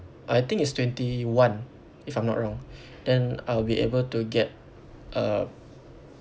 I think it's twenty one if I'm not wrong then I'll be able to get a